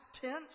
tense